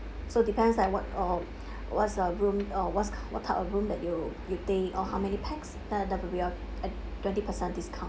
so depends like what uh what's the room uh what's what type of room that you you think or how many pax then that'll be a a twenty percent discount